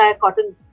cotton